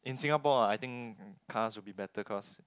in Singapore ah I think cars would be better because